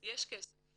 יש כסף.